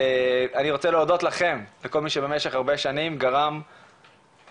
אני רוצה להודות לכם לכל מי שבמשך הרבה שנים גרם לציבור,